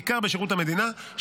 בעיקר בשירות המדינה,